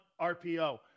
RPO